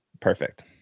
Perfect